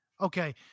Okay